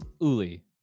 Uli